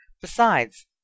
Besides